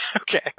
Okay